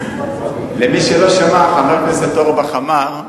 למי שלא שמע, חבר הכנסת אורבך אמר: